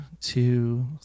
two